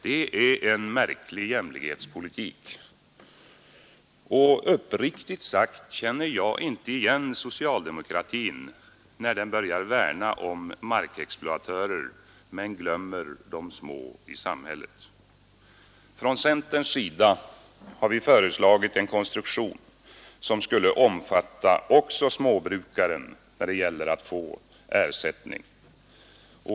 Det är en märklig jämlikhetspolitik, och uppriktigt sagt känner jag inte igen socialdemokratin när den börjar värna om markexploatörer men glömmer de små i samhället. Vi har från centerns sida föreslagit en konstruktion, som skulle omfatta även småbrukarna när det gäller att få ersättning.